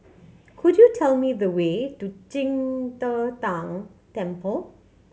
could you tell me the way to Qing De Tang Temple